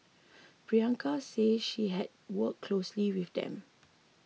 Priyanka said she had worked closely with them